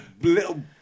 little